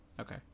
Okay